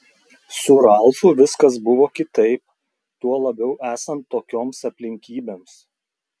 su ralfu viskas buvo kitaip tuo labiau esant tokioms aplinkybėms